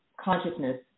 consciousness